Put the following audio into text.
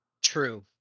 true